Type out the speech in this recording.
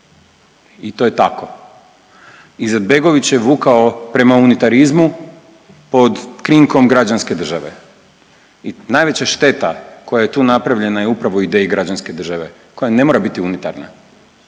i to je tako, Izetbegović je vukao prema unitarizmu pod krinkom građanske države i najveća šteta koja je tu napravljena je upravo o ideji građanske države koja ne mora biti unitarna,